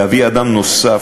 להביא אדם נוסף,